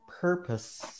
purpose